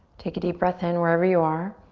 take a deep breath in wherever you are.